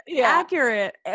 Accurate